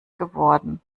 geworden